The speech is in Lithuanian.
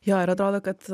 jo ir atrodo kad